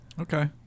Okay